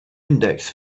index